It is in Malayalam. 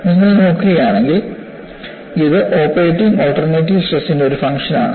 നിങ്ങൾ നോക്കുകയാണെങ്കിൽ ഇത് ഓപ്പറേറ്റിംഗ് ആൾട്ടർനേറ്റിംഗ് സ്ട്രെസിന്റെ ഒരു ഫംഗ്ഷൻ ആണ്